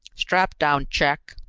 strapdown check,